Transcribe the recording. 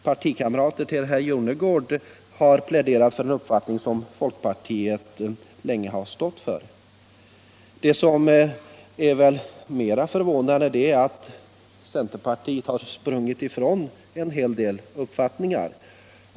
Partikamrater till herr Jonnergård har ju där pläderat för den uppfattning som folkpartiet länge har stått för. Mera förvånande är att centerpartiet har sprungit ifrån en hel del uppfattningar.